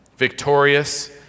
victorious